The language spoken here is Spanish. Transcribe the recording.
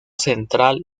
central